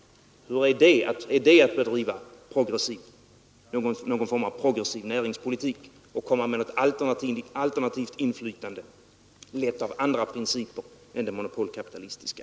Är det att bedriva någon form av progressiv näringspolitik och komma med något alternativt inflytande, lett av andra principer än de monopolka pitalistiska?